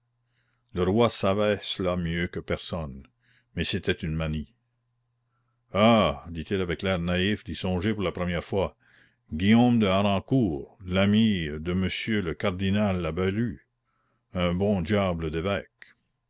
le roi savait cela mieux que personne mais c'était une manie ah dit-il avec l'air naïf d'y songer pour la première fois guillaume de harancourt l'ami de monsieur le cardinal la balue un bon diable d'évêque